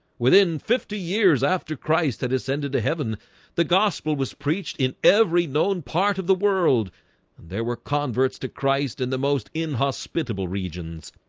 within fifty years after christ had ascended to heaven the gospel was preached in every known part of the world and there were converts to christ in the most inhospitable regions